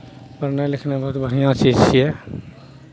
पढ़नाइ लिखनाइ बहुत बढ़िआँ चीज छियै